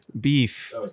beef